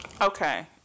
okay